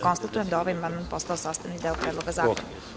Konstatujem da je ovaj amandman postavo sastavni deo Predloga zakona.